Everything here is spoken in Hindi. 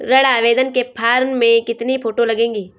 ऋण आवेदन के फॉर्म में कितनी फोटो लगेंगी?